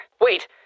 Wait